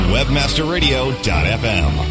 WebmasterRadio.fm